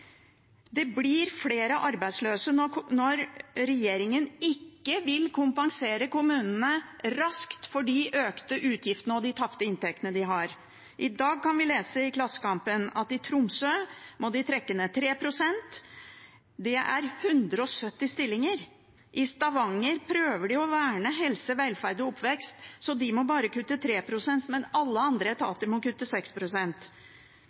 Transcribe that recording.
Det blir flere arbeidsløse når regjeringen ikke vil kompensere kommunene raskt for de økte utgiftene og de tapte inntektene de har. I dag kan vi lese i Klassekampen at i Tromsø må de trekke ned 3 pst. Det er 170 stillinger. I Stavanger prøver de å verne helse, velferd og oppvekst, så de må bare kutte 3 pst., men alle andre